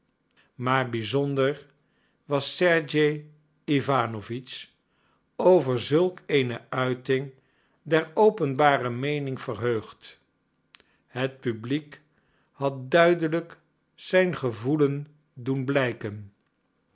maar bizonder was sergej iwanowitsch over zulk eene uiting der openbare meening verheugd het publiek had duidelijk zijn gevoelen doen blijken